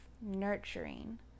nurturing